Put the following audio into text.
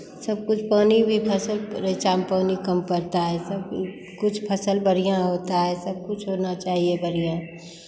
सब कुछ पानी भी फसल रैंचा में पानी कम पड़ता है सब कुछ फसल बढ़ियाँ होता है सब कुछ होना चाहिए बढ़ियाँ